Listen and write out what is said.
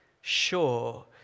sure